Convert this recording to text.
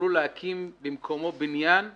יוכלו להקים במקומו בניין שלם,